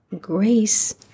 grace